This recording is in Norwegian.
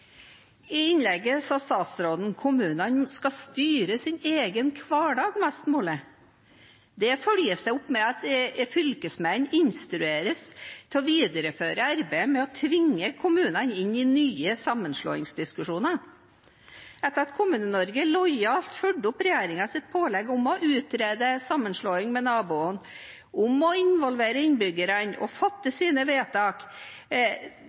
I innlegget sa statsråden at kommunene skal styre sin egen hverdag mest mulig. Det følges opp ved at fylkesmennene instrueres til å videreføre arbeidet med å tvinge kommunene inn i nye sammenslåingsdiskusjoner. Kommune-Norge fulgte lojalt opp regjeringens pålegg om å utrede sammenslåing med naboen, om å involvere innbyggerne og fatte sine vedtak,